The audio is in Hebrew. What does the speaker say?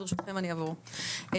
אז ברשותכם אני אעבור לאנגלית.